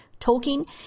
Tolkien